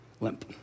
limp